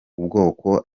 ubwoko